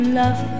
love